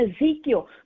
Ezekiel